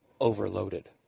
overloaded